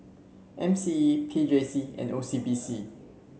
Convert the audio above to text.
M C E P J C and O C B C